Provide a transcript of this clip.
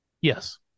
Yes